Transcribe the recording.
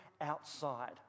outside